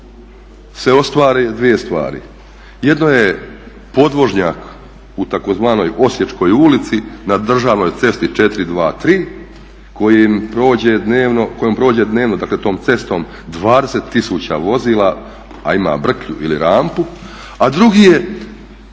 se ostvare dvije stvari, jedno je podvožnjak u tzv. Osječkoj ulici na državnoj cesti 423 kojom prođe dnevno, dakle tom cestom 20 000 vozila, a ima brklju ili rampu, a drugi je